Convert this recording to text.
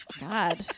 God